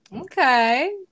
okay